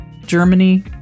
Germany